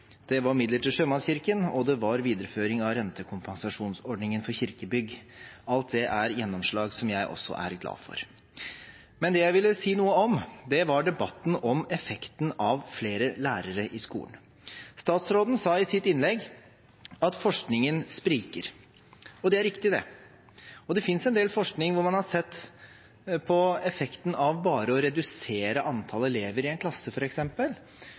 det var midler til Sjømannskirken, og det var videreføring av rentekompensasjonsordningen for kirkebygg. Alt det er gjennomslag som jeg også er glad for. Men det jeg ville si noe om, var debatten om effekten av flere lærere i skolen. Statsråden sa i sitt innlegg at forskningen spriker. Det er riktig, og det finnes en del forskning hvor man har sett på f.eks. effekten av bare å redusere antall elever i en klasse